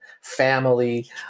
family